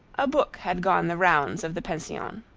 a book had gone the rounds of the pension.